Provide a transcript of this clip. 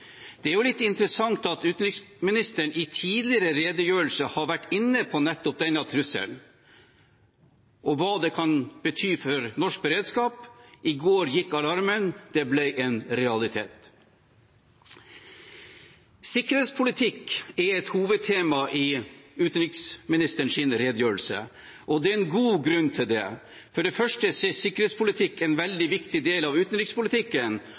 Det er jo litt interessant at utenriksministeren i tidligere redegjørelser har vært inne på nettopp denne trusselen og hva den kan bety for norsk beredskap. I går gikk alarmen. Det ble en realitet. Sikkerhetspolitikk er et hovedtema i utenriksministerens redegjørelse, og det er en god grunn til det. For det første er sikkerhetspolitikk en veldig viktig del av utenrikspolitikken,